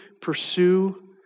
pursue